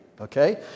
Okay